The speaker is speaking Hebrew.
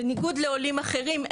בניגוד לעולים אחרים,